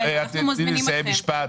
לסיים משפט.